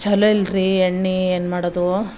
ಚಲೋ ಇಲ್ಲ ರೀ ಎಣ್ಣೆ ಏನು ಮಾಡೋದು